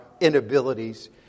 inabilities